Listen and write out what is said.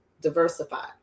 diversified